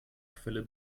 quelle